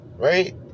Right